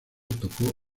tocó